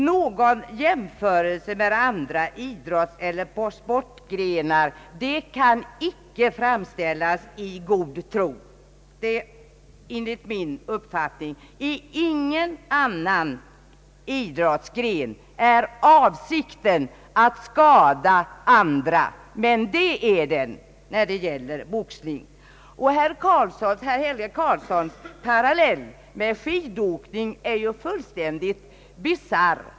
Någon jämförelse med andra idrottseller sportgrenar kan inte göras i god tro, enligt min uppfattning. I ingen annan idrottsgren är avsikten att skada andra, men det är den när det gäller boxning. Herr Helge Karlssons parallell med skidåkning är fullständigt bi sarr.